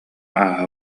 ааһа